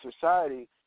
society